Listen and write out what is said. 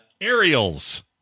Aerials